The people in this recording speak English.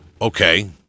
Okay